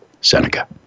Seneca